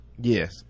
Yes